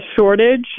shortage